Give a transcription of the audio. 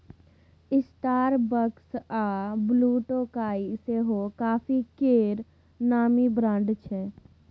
Starbucks आ ब्लुटोकाइ सेहो coffee केर नामी ब्रांड छै